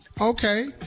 Okay